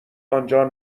آنجا